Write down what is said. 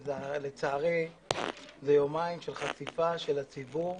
לצערי יומיים של חשיפה של הציבור,